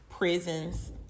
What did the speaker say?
prisons